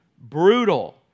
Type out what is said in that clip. brutal